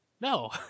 No